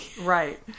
Right